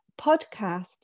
podcast